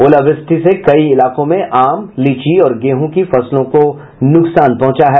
ओलावृष्टि से कई इलाकों में आम लीची और गेंहू की फसलों को नुकसान पहुंचा है